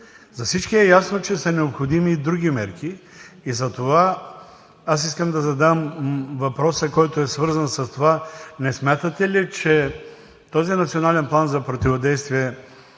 За всички е ясно, че са необходими и други мерки. Затова аз искам да задам въпрос, който е свързан с това: не смятате ли, че този Национален план за противодействие